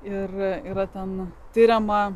ir yra ten tiriama